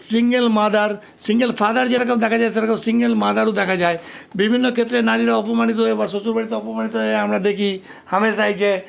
single mother single father যেরকম দেখা যায় সেরকম সিঙ্গেল মাদারও দেখা যায় বিভিন্ন ক্ষেত্রে নারীরা অপমানিত হয়ে বা শ্বশুরবাড়িতে অপমানিত হয়ে আমরা দেখি হামেশাই যে